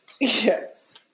Yes